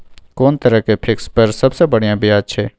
कोन तरह के फिक्स पर सबसे बढ़िया ब्याज छै?